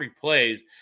plays